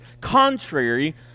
contrary